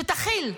שתכיל.